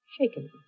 shaken